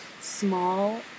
small